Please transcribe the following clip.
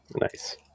nice